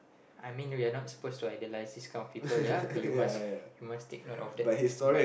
I mean we are not supposed to idolize this kind of people ya you you must must take note of that but